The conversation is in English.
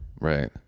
Right